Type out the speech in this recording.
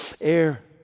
air